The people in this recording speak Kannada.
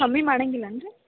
ಕಮ್ಮಿ ಮಾಡಂಗಿಲ್ಲನು ರೀ